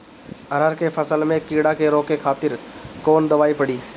अरहर के फसल में कीड़ा के रोके खातिर कौन दवाई पड़ी?